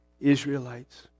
Israelites